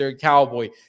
cowboy